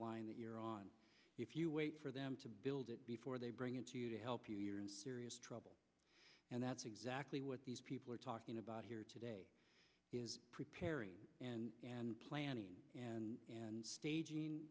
line that you're on if you wait for them to build it before they bring it to you to help you you're in serious trouble and that's exactly what these people are talking about here today is preparing and and planning and and staging